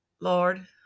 Lord